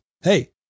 Hey